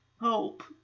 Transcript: hope